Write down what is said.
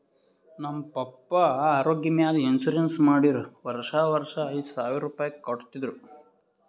ನಮ್ ಪಪ್ಪಾ ಆರೋಗ್ಯ ಮ್ಯಾಲ ಇನ್ಸೂರೆನ್ಸ್ ಮಾಡಿರು ವರ್ಷಾ ವರ್ಷಾ ಐಯ್ದ ಸಾವಿರ್ ರುಪಾಯಿ ಕಟ್ಟತಿದ್ರು